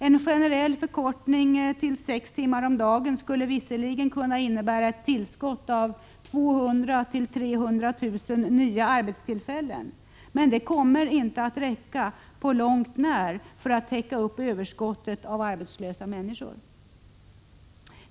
En generell förkortning till sex timmars arbetstid om dagen skulle visserligen kunna innebära ett tillskott av 200 000-300 000 nya arbetstillfällen, men det kommer inte att räcka på långt när för att täcka överskottet av arbetslösa människor.